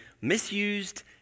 misused